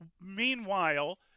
meanwhile